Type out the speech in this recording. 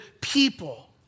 people